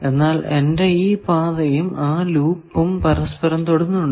എന്നാൽ എന്റെ ഈ പാതയും ആ ലൂപ്പും പരസ്പരം തൊടുന്നുണ്ടോ